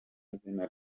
izina